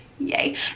yay